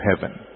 heaven